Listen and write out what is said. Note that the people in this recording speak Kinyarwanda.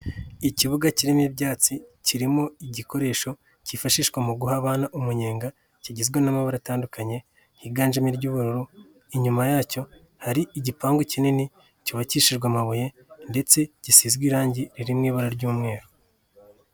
Ikibuga kirimo ibyatsi, kirimo igikoresho cyifashishwa mu guha abana umunyenga, kigizwe n'amabara atandukanye, higanjemo iry'ubururu, inyuma yacyo hari igipangu kinini, cyubakishijwe amabuye ndetse gisizwe irangi riri mu ibara ry'umweru.